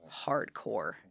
hardcore